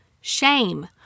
shame